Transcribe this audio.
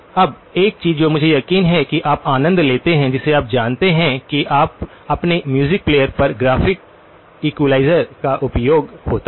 अब एक चीज़ जो मुझे यकीन है कि आप आनंद लेते हैं जिसे आप जानते हैं कि आप अपने म्यूजिक प्लेयर्स पर ग्राफिक इक्वलाइज़र का उपयोग होता है